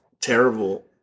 terrible